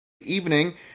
evening